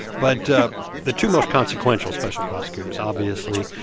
but the two most consequential special prosecutors, obviously,